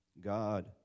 God